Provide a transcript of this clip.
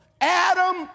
Adam